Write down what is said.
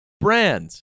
Brands